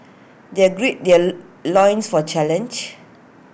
they gird their loins for challenge